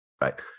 Right